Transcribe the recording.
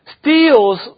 steals